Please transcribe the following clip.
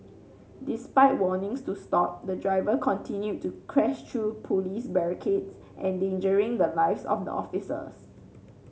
despite warnings to stop the driver continued to crash through police barricades endangering the lives of the officers